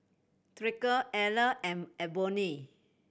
Tyreke Eller and Ebony